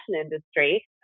industry